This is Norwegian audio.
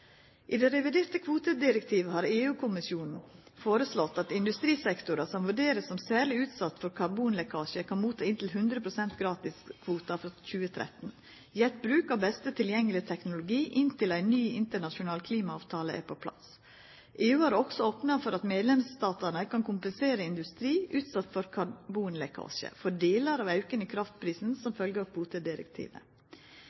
I det reviderte kvotedirektivet har EU-kommisjonen foreslått at industrisektorar som vert vurderte som å vera særleg utsette for karbonlekkasje, kan motta inntil hundre prosent gratiskvotar frå 2013 – gitt bruk av beste tilgjengelege teknologi inntil ein ny internasjonal klimaavtale er på plass. EU har også opna for at medlemsstatane kan kompensera industri som er utsett for karbonlekkasje, for delar av auken i kraftprisen som